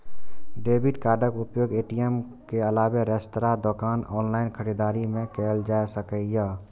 debit कार्डक उपयोग ATM के अलावे रेस्तरां, दोकान, ऑनलाइन खरीदारी मे कैल जा सकैए